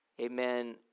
amen